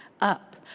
up